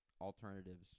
alternatives